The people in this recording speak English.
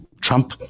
trump